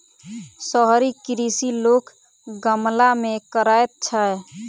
शहरी कृषि लोक गमला मे करैत छै